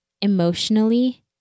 emotionally